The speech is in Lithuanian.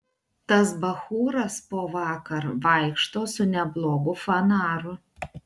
tas bachūras po vakar vaikšto su neblogu fanaru